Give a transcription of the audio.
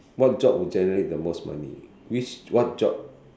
what job will generate the most money which what job